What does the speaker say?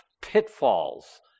pitfalls